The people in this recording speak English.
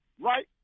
Right